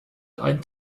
ein